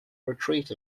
retreat